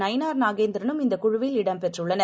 நயினார் நாகேந்திரனும் இந்தகுழுவில் இடம் பெற்றுள்ளனர்